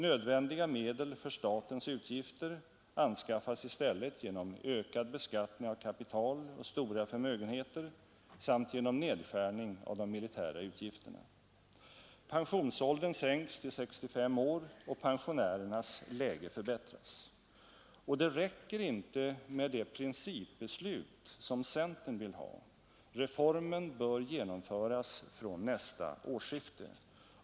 Nödvändiga medel för statens utgifter anskaffas i stället genom ökad beskattning av kapital och stora förmögenheter samt genom nedskärning av de militära utgifterna. Pensionsåldern sänks till 65 år och pensionärernas läge förbättras. Det räcker inte med de principbeslut som centern vill ha. Reformen bör genomföras från nästa årsskifte.